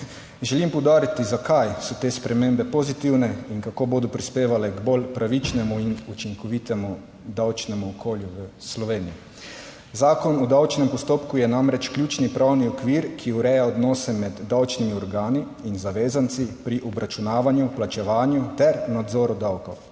Želim poudariti, zakaj so te spremembe pozitivne in kako bodo prispevale k bolj pravičnemu in učinkovitemu davčnemu okolju v Sloveniji. Zakon o davčnem postopku je namreč ključni pravni okvir, ki ureja odnose med davčnimi organi in zavezanci pri obračunavanju, plačevanju ter nadzoru davkov.